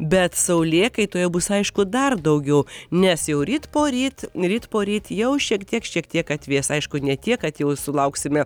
bet saulėkaitoje bus aišku dar daugiau nes jau ryt poryt ryt poryt jau šiek tiek šiek tiek atvės aišku ne tiek kad jau sulauksime